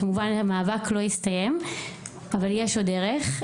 כמובן שהמאבק לא הסתיים, יש עוד דרך.